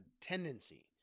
tendency